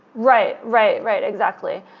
right. right. right. exactly.